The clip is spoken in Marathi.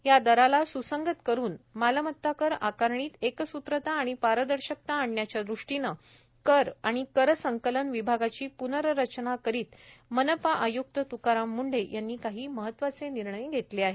या दराला स्संगत करुन मालमता कर आकारणीत एकसूत्रता आणि पारदर्शकता आणण्याचा दृष्टीने कर आणि कर संकलन विभागाची प्नर्रचना करीत मनपाआय्क्त त्काराम मुंढे यांनी काही महत्वाचे निर्णय घेतले आहे